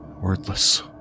Wordless